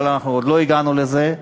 אבל עוד לא הגענו לזה,